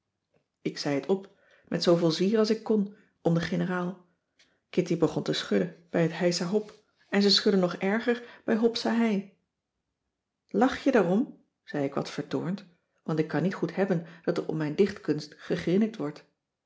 ik zei het op met zooveel zwier als ik kon om de generaal kitty begon te schudden bij het heisa hop en ze schudde nog erger bij hopsa hei lach je daarom zei ik wat vertoornd want ik kan niet goed hebben dat er om mijn dichtkunst gegrinnikt wordt